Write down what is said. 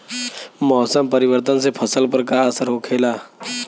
मौसम परिवर्तन से फसल पर का असर होखेला?